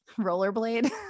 rollerblade